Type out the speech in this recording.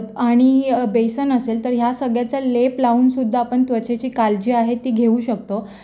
आणि बेसन असेल तर ह्या सगळ्याचा लेप लावूनसुद्धा आपण त्वचेची काळजी ती घेऊ शकतो